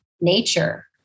nature